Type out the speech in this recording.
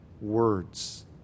words